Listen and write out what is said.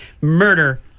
murder